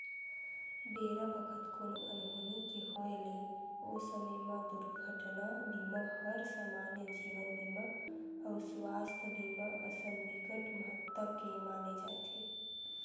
बेरा बखत कोनो अनहोनी के होय ले ओ समे म दुरघटना बीमा हर समान्य जीवन बीमा अउ सुवास्थ बीमा असन बिकट महत्ता के माने जाथे